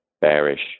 bearish